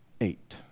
eight